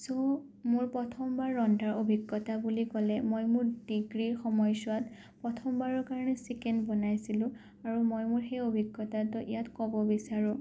চ' মোৰ প্ৰথমবাৰ ৰন্ধাৰ অভিজ্ঞতা বুলি ক'লে মই মোৰ ডিগ্ৰীৰ সময়ছোৱাত প্ৰথমবাৰৰ কাৰণে চিকেন বনাইছিলোঁ আৰু মই মোৰ সেই অভিজ্ঞতাটো ইয়াত ক'ব বিচাৰোঁ